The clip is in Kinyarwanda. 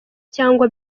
cyangwa